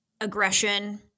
aggression